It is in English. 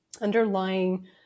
underlying